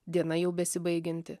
diena jau besibaigianti